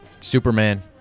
Superman